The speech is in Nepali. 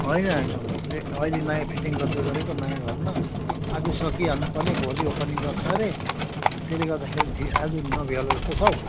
होइन होइन अहिले नयाँ फिटिङ गर्दैगरेको नयाँ घरमा आज सकिहाल्नु पर्ने भोलि ओपनिङ गर्छ अरे त्यसले गर्दाखेरि ढिलो आज नभ्याउला जस्तो छ हौ